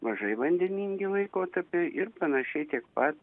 mažai vandeningi laikotarpiai ir panašiai tiek pat